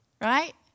right